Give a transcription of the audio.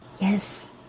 Yes